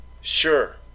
Sure